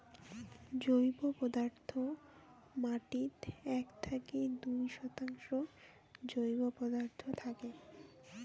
জৈব পদার্থ মাটিত এক থাকি দুই শতাংশ জৈব পদার্থ থাকে